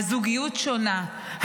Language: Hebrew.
הזוגיות שונה,